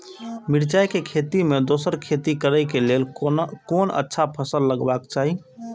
मिरचाई के खेती मे दोसर खेती करे क लेल कोन अच्छा फसल लगवाक चाहिँ?